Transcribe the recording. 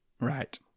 Right